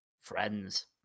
friends